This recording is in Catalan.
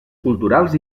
culturals